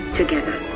together